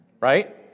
right